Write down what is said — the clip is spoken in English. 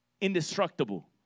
indestructible